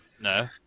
No